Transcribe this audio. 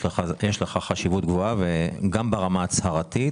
יש לכך חשיבות גבוהה גם ברמה ההצהרתית,